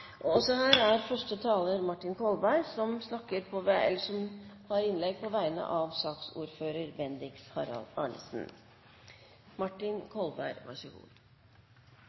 Også her er første taler Martin Kolberg, som har innlegg på vegne av saksordføreren, Bendiks H. Arnesen.